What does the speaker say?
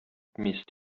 missed